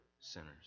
sinners